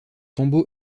tombeau